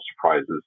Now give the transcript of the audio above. surprises